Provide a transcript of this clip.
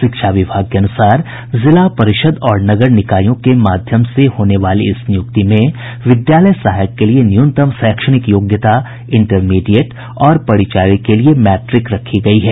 शिक्षा विभाग के अनुसार जिला परिषद और नगर निकायों के माध्यम से होने वाली इस नियुक्ति में विद्यालय सहायक के लिये न्यूनतम शैक्षणिक योग्यता इंटरमीडिएट और परिचारी के लिये मैट्रिक रखी गयी है